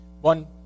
One